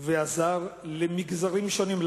ועזר למגזרים שונים,